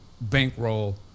bankroll